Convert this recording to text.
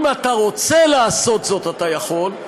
אם אתה רוצה לעשות זאת, אתה יכול.